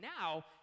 now